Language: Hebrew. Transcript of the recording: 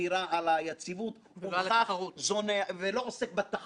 וייבחן ותינתנה ההחלטות אשר תינתנה.